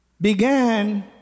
began